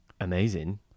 amazing